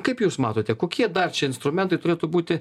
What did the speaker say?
kaip jūs matote kokie dar čia instrumentai turėtų būti